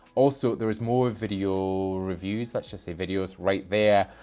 also, there is more video reviews, let's just say videos, right there.